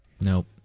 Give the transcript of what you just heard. nope